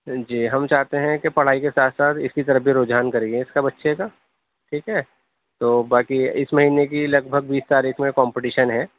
جی ہم چاہتے ہیں کہ پڑھائی کے ساتھ ساتھ اِس کی طرف بھی رجحان کرئے اِس کا بچے کا ٹھیک ہے تو باقی اِس مہینے کی لگ بھگ بیس تاریخ میں کمپٹیشن ہے